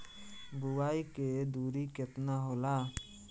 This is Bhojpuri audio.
बुआई के दूरी केतना होला?